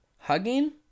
Hugging